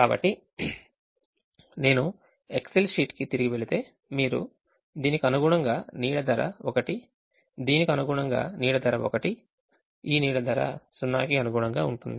కాబట్టి నేను excel sheet కి తిరిగి వెళితే మీరు దీనికి అనుగుణంగా నీడ ధర 1 దీనికి అనుగుణంగా నీడ ధర 1 ఈ నీడ ధర 0 కి అనుగుణంగా ఉంటుంది